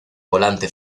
volante